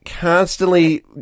constantly